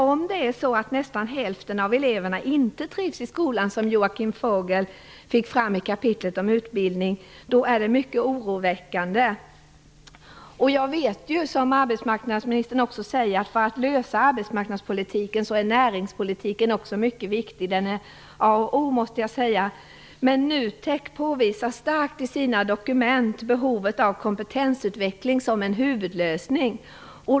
Om det är så att nästan hälften av eleverna inte trivs i skolan, som Joakim Fogel fick fram i kapitlet om utbildning, är det mycket oroväckande. Jag vet ju att näringspolitiken också är mycket viktig för att lösa problemen i arbetsmarknadspolitiken, som arbetsmarknadsministern också säger. Jag måste säga att den är a och o. Men NUTEK påvisar starkt i sina dokument behovet av kompetensutveckling som en huvudlösning.